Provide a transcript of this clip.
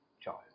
child